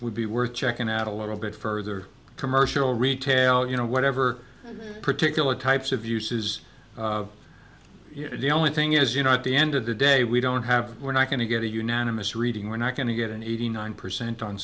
would be worth checking out a little bit further commercial retail you know whatever particular types of uses the only thing is you know at the end of the day we don't have we're not going to get a unanimous reading we're not going to get an eighty nine percent on